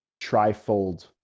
trifold